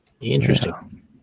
Interesting